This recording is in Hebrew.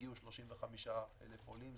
הגיעו 35,000 עולים.